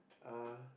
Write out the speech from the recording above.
uh